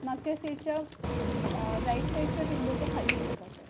मागच्या सीटच्या राइट साइडच्या विंडोच्या खाली आहे बघा सर